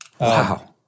Wow